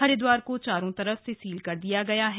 हरिद्वार को चारों तरफ से सील कर दिया गया है